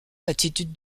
l’attitude